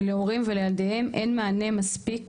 ולהורים ולילדיהם אין מענה מספיק,